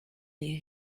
les